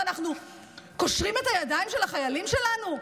ואנחנו קושרים את הידיים של החיילים שלנו?